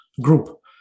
group